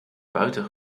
buiten